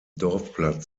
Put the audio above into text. dorfplatz